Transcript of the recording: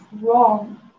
wrong